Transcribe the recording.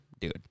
dude